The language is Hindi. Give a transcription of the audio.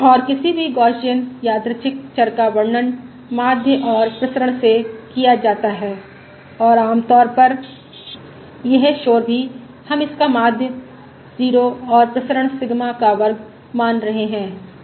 और किसी भी गौसियन यादृच्छिक चर का वर्णन माध्य और प्रसरण से किया जाता है और आम तौर पर यह शोर भी हम इसका माध्य 0 और प्रसरण सिग्मा का वर्ग मान रहे हैं